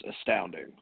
astounding